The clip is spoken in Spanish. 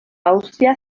austria